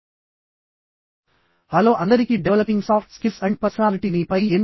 hello అందరికీ developing soft skills and పర్సనాలిటీని పై ఎన్